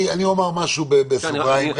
אני אומר משהו בסוגריים.